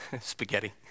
spaghetti